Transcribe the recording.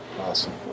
Awesome